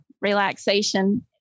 relaxation